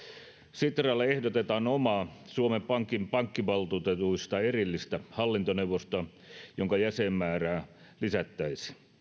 sitralle ehdotetaan omaa suomen pankin pankkivaltuutetuista erillistä hallintoneuvostoa jonka jäsenmäärää lisättäisiin